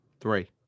Three